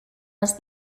was